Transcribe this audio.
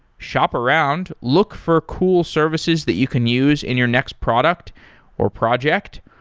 shop around, look for cool services that you can use in your next product or project.